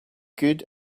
good